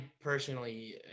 personally